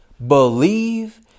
Believe